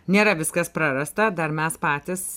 nėra viskas prarasta dar mes patys